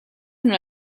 una